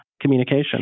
communication